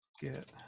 get